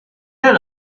add